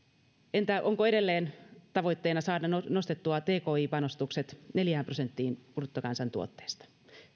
entä onko edelleen tavoitteena saada nostettua tki panostukset neljään prosenttiin bruttokansantuotteesta